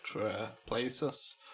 Places